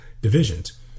divisions